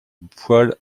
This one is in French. poils